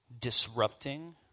disrupting